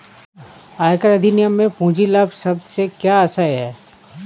आयकर अधिनियम में पूंजी लाभ शब्द से क्या आशय है?